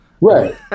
Right